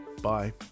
Bye